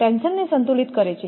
ટેન્શનને સંતુલિત કરે છે